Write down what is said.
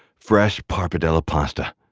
fresh pappardelle ah pasta.